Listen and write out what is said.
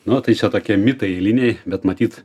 nu tai čia tokie mitai eiliniai bet matyt